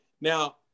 Now